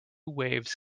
waves